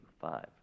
Five